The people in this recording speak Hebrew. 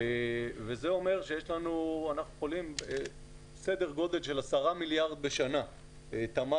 וזה אומר שאנחנו יכולים סדר גודל של 10 מיליארד בשנה תמ"ג,